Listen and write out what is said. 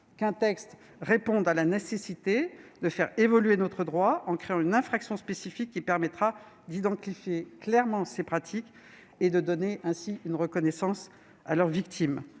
qu'un texte réponde à la nécessité de faire évoluer notre droit, en créant une infraction spécifique qui permettra d'identifier clairement ces pratiques et de donner une reconnaissance aux victimes.